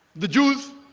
the jews